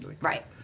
right